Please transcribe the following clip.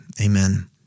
amen